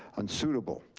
unsuitable.